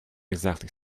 exactly